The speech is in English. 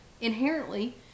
inherently